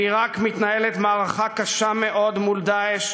בעיראק מתנהלת מערכה קשה מאוד מול "דאעש",